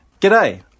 G'day